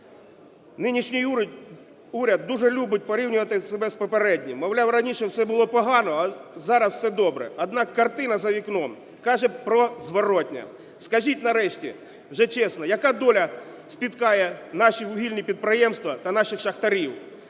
Нинішній уряд дуже любить порівнювати себе з попереднім. Мовляв, раніше все було погано, а зараз все добре. Однак картина за вікном каже про зворотне. Скажіть нарешті вже чесно, яка доля спіткає наші вугільні підприємства та наших шахтарів.